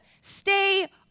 stay